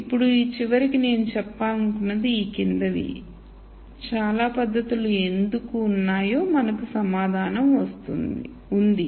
ఇప్పుడు చివరికి నేను చెప్పాలనుకున్నది ఈ క్రిందివి ఇప్పుడు చాలా పద్ధతులు ఎందుకు ఉన్నాయో మనకు సమాధానం ఉంది